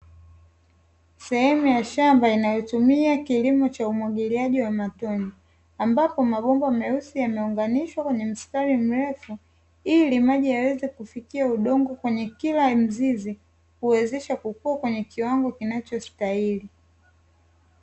Sehemu ya shamba inayotumia kilimo cha umwagiliaji wa matone, ambapo mabomba meusi yameunganishwa kwenye mstari mrefu, ili maji yaweze kufikia udongo kwenye kila mizizi, kuwezesha kukua kwenye kiwango kinachostahili.